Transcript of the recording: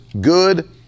good